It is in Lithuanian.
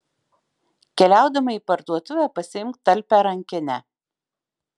keliaudama į parduotuvę pasiimk talpią rankinę